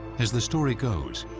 as the story goes,